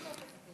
כן.